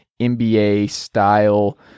NBA-style